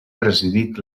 residit